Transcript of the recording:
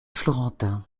florentin